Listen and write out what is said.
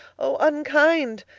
oh! unkind!